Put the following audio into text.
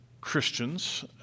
Christians